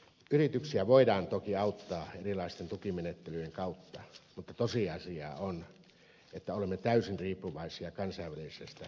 yrityksiä voidaan toki auttaa erilaisten tukimenettelyjen kautta mutta tosiasia on että olemme täysin riippuvaisia kansainvälisestä talouskehityksestä